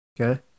Okay